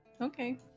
Okay